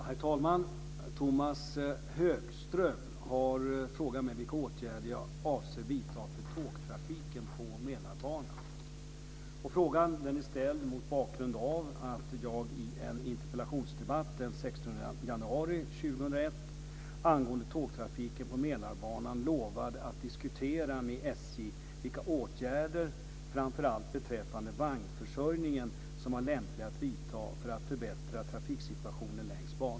Herr talman! Tomas Högström har frågat mig vilka åtgärder jag avser vidta för tågtrafiken på Mälarbanan. Frågan är ställd mot bakgrund av att jag i en interpellationsdebatt den 16 januari 2001 angående tågtrafiken på Mälarbanan lovade att diskutera med SJ vilka åtgärder, framför allt beträffande vagnförsörjningen, som var lämpliga att vidta för att förbättra trafiksituationen längs banan.